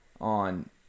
on